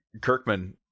Kirkman